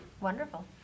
Wonderful